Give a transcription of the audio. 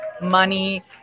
money